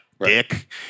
dick